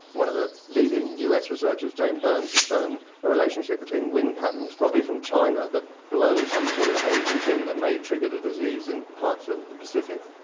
one of the leading us researchers, jane burns, has shown a relationship between wind patterns, probably from china, that blows some sort of agent in that may trigger the disease in parts of the pacific.